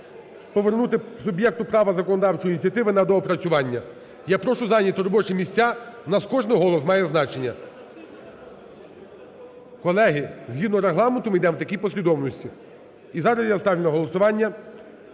Повернути суб'єкту права законодавчої ініціативи на доопрацювання. Я прошу зайняти робочі місця. В нас кожен голос має значення. Колеги, згідно Регламенту, ми йдемо в такій послідовності. І зараз я ставлю на голосування